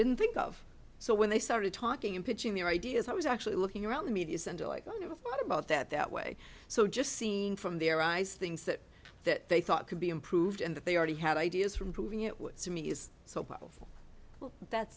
didn't think of so when they started talking and pitching their ideas i was actually looking around the media center like i never thought about that that way so just seeing from their eyes things that that they thought could be improved and that they already had ideas for improving it with sumi is so powerful that